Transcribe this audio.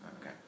Okay